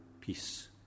peace